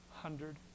hundred